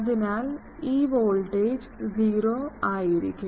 അതിനാൽ ഈ വോൾട്ടേജ് 0 ആയിരിക്കും